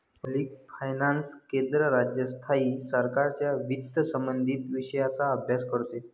public finance केंद्र, राज्य, स्थायी सरकारांच्या वित्तसंबंधित विषयांचा अभ्यास करते